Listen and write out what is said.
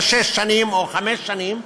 או שש שנים או חמש שנים,